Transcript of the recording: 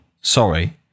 Sorry